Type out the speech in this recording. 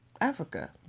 Africa